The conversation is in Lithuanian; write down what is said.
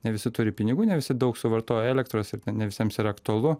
ne visi turi pinigų ne visi daug suvartoja elektros ir ne visiems yra aktualu